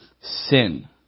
sin